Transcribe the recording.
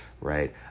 right